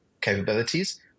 capabilities